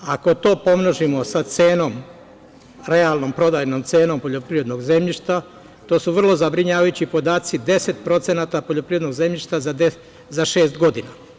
Ako to pomnožimo sa cenom realnom prodajnom poljoprivrednog zemljišta, to su vrlo zabrinjavajući podaci, 10% poljoprivrednog zemljišta za šest godina.